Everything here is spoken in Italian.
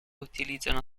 utilizzano